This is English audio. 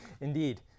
Indeed